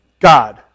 God